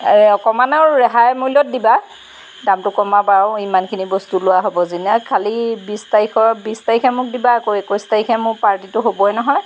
অকণমান আৰু ৰেহাই মূল্যত দিবা দামটো কমাবা আৰু ইমানখিনি বস্তু লোৱা হ'ব যেতিয়া খালী বিছ তাৰিখৰ বিছ তাৰিখে মোক দিবা আকৌ একৈছ তাৰিখে মোৰ পাৰ্টিটো হ'বই নহয়